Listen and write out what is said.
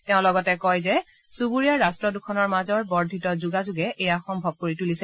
তেওঁ লগতে কয় যে চুবুৰীয়া ৰাট্ট দুখনৰ মাজৰ বৰ্ধিত যোগাযোগে এয়া সম্ভৱ কৰি তুলিছে